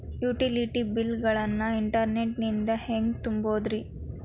Utility bill ಗಳನ್ನ internet ನಿಂದ ಹೆಂಗ್ ತುಂಬೋದುರಿ?